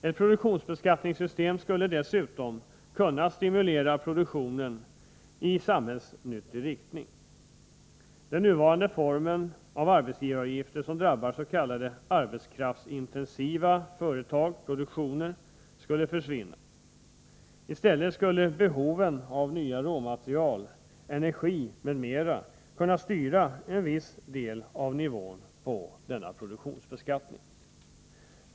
Ett produktionsbeskattningssystem skulle dessutom kunna stimulera produktionen i samhällsnyttig riktning. Den nuvarande formen av arbetsgivaravgifter, som drabbar s.k. arbetskraftsintensiva produktionsverksamheter, skulle försvinna. I stället skulle behoven av nya råmaterial, energi m.m. kunna styra viss del av nivån på denna produktionsbeskattning.